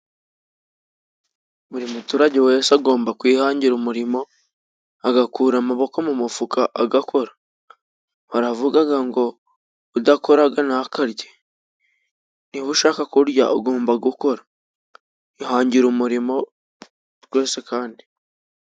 Buri muturage wese agomba kwihangira umurimo, agakura amaboko mu mufuka agakora. Baravugaga ngo udakoraga ntakarye. Niba ushaka kurya ugomba gukora. Ihangire umurimo rwose kandi.